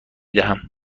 دهم